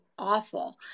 awful